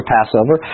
Passover